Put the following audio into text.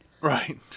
Right